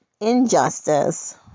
injustice